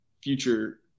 future